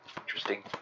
interesting